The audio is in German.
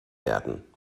werden